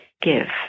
give